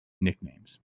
nicknames